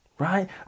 Right